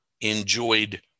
enjoyed